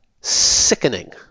sickening